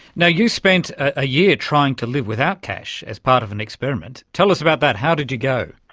you know you spent a year trying to live without cash as part of an experiment. tell us about that. how did you go?